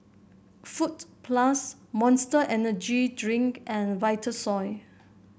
Fruit Plus Monster Energy Drink and Vitasoy